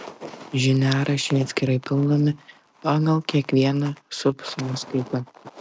žiniaraščiai atskirai pildomi pagal kiekvieną subsąskaitą